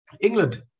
England